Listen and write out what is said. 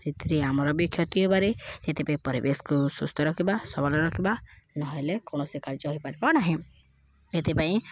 ସେଥିରେ ଆମର ବି କ୍ଷତି ହେବାରେ ସେଥିପାଇଁ ପରିବେଶକୁ ସୁସ୍ଥ ରଖିବା ସବଳ ରଖିବା ନହେଲେ କୌଣସି କାର୍ଯ୍ୟ ହେଇପାରିବ ନାହିଁ ଏଥିପାଇଁ